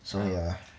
so yeah